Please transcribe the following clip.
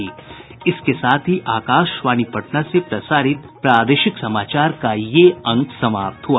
इसके साथ ही आकाशवाणी पटना से प्रसारित प्रादेशिक समाचार का ये अंक समाप्त हुआ